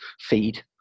feed